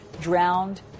drowned